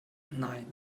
nein